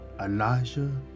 Elijah